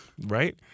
right